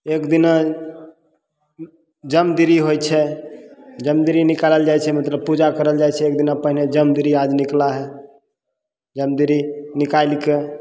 एक दिना जमदिरी होइ छै जमदिरी निकालल जाइ छै मतलब पूजा करल जाइ छै एकदिना पहिले जमदिरी आज निकला है जमदिरी निकालिके